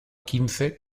quince